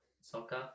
soccer